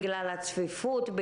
בגלל הצפיפות,